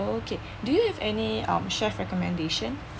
okay do you have any um chef recommendation